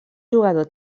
jugador